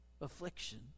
affliction